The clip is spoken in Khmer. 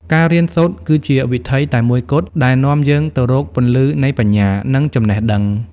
ការរៀនសូត្រគឺជាវិថីតែមួយគត់ដែលនាំយើងទៅរកពន្លឺនៃបញ្ញា និងចំណេះដឹង។